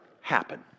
happen